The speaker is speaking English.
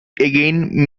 again